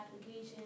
application